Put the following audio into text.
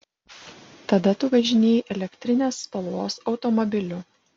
tada tu važinėjai elektrinės spalvos automobiliu